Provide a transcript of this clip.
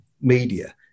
media